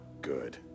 good